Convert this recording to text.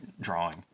drawing